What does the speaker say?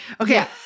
Okay